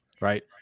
right